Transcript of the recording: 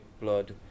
blood